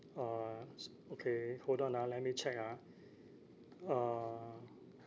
uh s~ okay hold on ah let me check ah uh